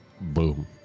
Boom